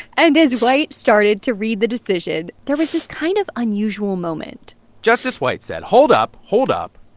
and as white started to read the decision, there was this kind of unusual moment justice white said, hold up. hold up.